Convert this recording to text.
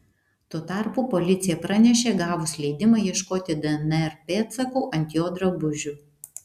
tuo tarpu policija pranešė gavus leidimą ieškoti dnr pėdsakų ant jo drabužių